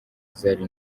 zari